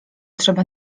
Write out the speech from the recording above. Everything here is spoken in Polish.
trzeba